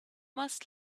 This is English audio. must